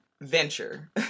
venture